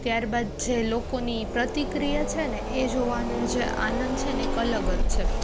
ત્યારબાદ જે લોકોની પ્રતિક્રિયા છે ને એ જોવાનો જે આનંદ છે ને એક અલગ જ છે